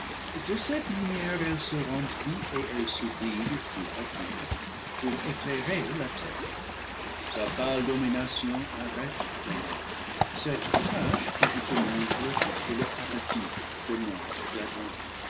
de cette lumière elle se remplit et elle se vide tour à four pour éclairer la terre sa pâle domination arrête la nuit cette tache que je te montre est le paradis demeure